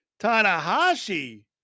Tanahashi